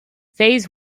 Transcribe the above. phase